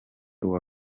uwa